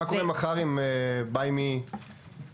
מה קורה מחר אם BuyMe נופלת?